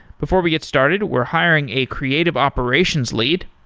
before we get started, we're hiring a creative operations lead.